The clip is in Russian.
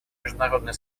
международное